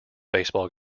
baseball